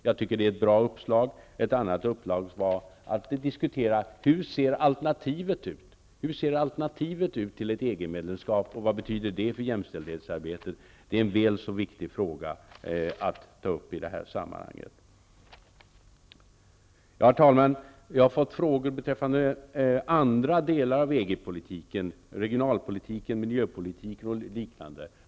Jag tycker att det är ett bra uppslag. Ett annat är att diskutera hur alternativet till ett medlemskap ser ut och vad det betyder för jämställdhetsarbetet. Det är en väl så viktig fråga att ta upp i detta sammanhang. Herr talman! Jag har fått frågor beträffande andra delar av EG-politiken, om regionalpolitik, miljöpolitik och liknande.